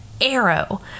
arrow